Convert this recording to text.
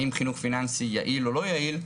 האם חינוך פיננסי יעיל או לא יעיל.